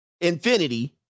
infinity